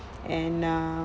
and uh